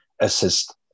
assist